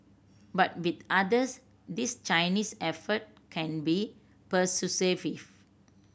but with others these Chinese effort can be persuasive